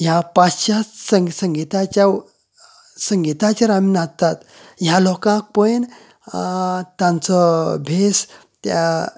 ह्या पाश्यात्य सं संग संगीताच्या संगिताचेर आमी नाचतात ह्या लोकांक पयन तांचो भेस त्या